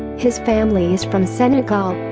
his family is from senegal.